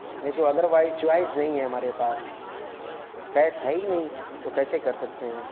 نہیں تو otherwise choice نہیں ہے ہمارے پاس کیش ہے ہی نہیں تو کیسے کر سکتے ہیں